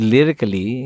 Lyrically